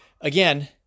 again